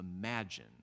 imagine